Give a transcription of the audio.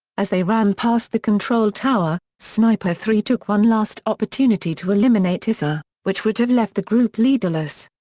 as they ran past the control tower, sniper three took one last opportunity to eliminate issa, which would have left the group leaderless.